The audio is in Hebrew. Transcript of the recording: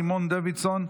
סימון דוידסון,